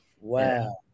Wow